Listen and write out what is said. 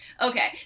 Okay